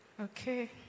Okay